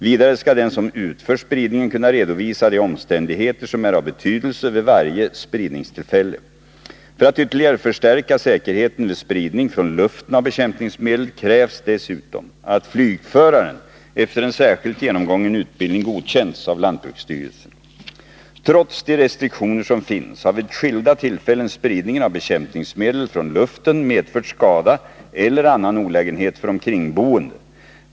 Vidare skall den som utför spridningen kunna redovisa de omständigheter som är av betydelse vid varje spridningstillfälle. För att ytterligare förstärka säkerheten vid spridning från luften av bekämpningsmedel krävs dessutom att flygföraren efter en särskilt genomgången utbildning godkänts av lantbruksstyrelsen. Trots de restriktioner som finns har vid skilda tillfällen spridningen av bekämpningsmedel från luften medfört skada eller annan olägenhet för omkringboende.